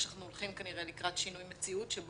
שאנחנו הולכים כנראה לקראת שינוי מציאות.